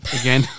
again